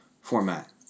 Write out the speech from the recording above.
format